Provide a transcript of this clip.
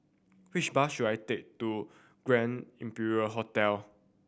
which bus should I take to Grand Imperial Hotel